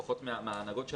לפחות מההנהגות שלהם,